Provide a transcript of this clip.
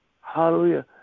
hallelujah